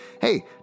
Hey